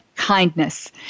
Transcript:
kindness